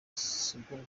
sibwo